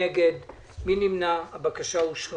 הצבעה בעד 5 נגד אין נמנעים אין הבקשה אושרה.